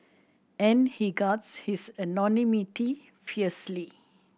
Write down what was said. and he guards his anonymity fiercely